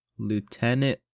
Lieutenant